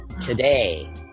Today